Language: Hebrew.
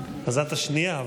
אז את השנייה,